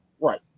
Right